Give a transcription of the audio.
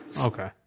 Okay